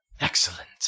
Excellent